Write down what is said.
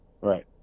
Right